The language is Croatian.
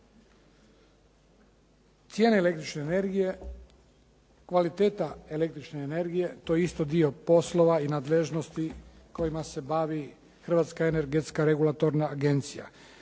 Cijene električne energije, kvaliteta električne energije. To je isto dio poslova i nadležnosti kojima se bavi Hrvatska energetska regulatorna agencija.